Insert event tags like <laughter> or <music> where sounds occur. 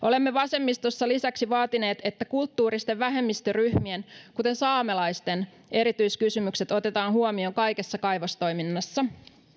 <unintelligible> olemme vasemmistossa lisäksi vaatineet että kulttuuristen vähemmistöryhmien kuten saamelaisten erityiskysymykset otetaan huomioon kaikessa kaivostoiminnassa